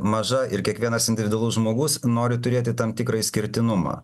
maža ir kiekvienas individualus žmogus nori turėti tam tikrą išskirtinumą